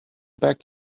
back